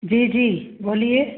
जी जी बोलिए